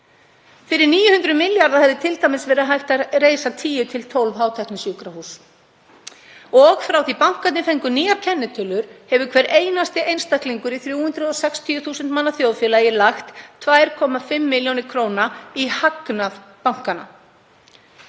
Fyrir 900 milljarða hefði t.d. verið hægt að reisa 10–12 hátæknisjúkrahús. Frá því að bankarnir fengu nýjar kennitölur hefur hver einasti einstaklingur í 360.000 manna þjóðfélagi lagt 2,5 milljónir kr. í hagnað bankanna.